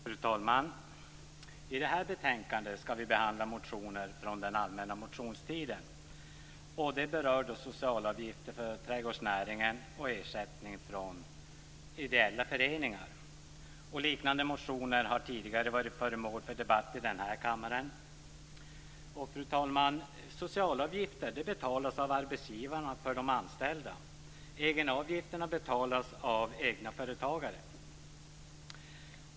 Fru talman! I det här betänkandet skall vi behandla motioner från den allmänna motionstiden. De berör socialavgifter för trädgårdsnäringen och ersättning från ideella föreningar. Liknande motioner har tidigare varit föremål för debatt i den här kammaren. Fru talman! Socialavgifter betalas av arbetsgivarna för de anställda. Egenavgifterna betalas av egenföretagare.